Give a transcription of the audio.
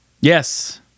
Yes